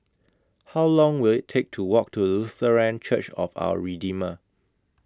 How Long Will IT Take to Walk to Lutheran Church of Our Redeemer